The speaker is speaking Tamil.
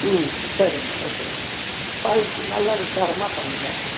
ம் சரிங்க ஓகேங்க குவாலிட்டி நல்லா தரமாக பண்ணுங்கள்